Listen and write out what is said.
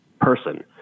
person